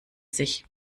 sich